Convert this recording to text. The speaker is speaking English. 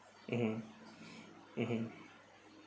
mmhmm mmhmm